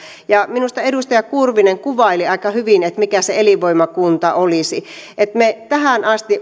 minusta edustaja kurvinen kuvaili aika hyvin mikä se elinvoimakunta olisi me olemme tähän asti